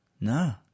No